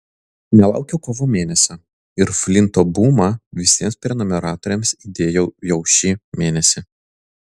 nelaukiau kovo mėnesio ir flinto bumą visiems prenumeratoriams įdėjau jau šį mėnesį